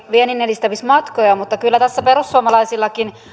vienninedistämismatkoja mutta kyllä tässä perussuomalaisillakin